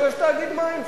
ויש תאגיד מים,